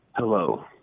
Hello